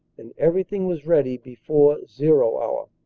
and everything was ready before zero hour.